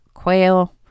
quail